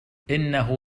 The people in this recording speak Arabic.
إنه